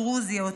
דרוזיות,